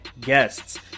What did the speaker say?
guests